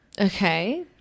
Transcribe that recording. Okay